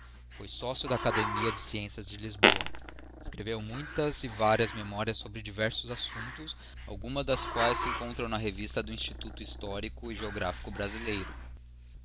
foi sócio da academia de sciencias de lisboa escreveu muitas e varias memorias sobre diversos assumptos algumas das quaes se encontram da revista do instituto histórico e geographico brasileiro